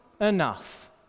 enough